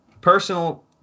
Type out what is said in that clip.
Personal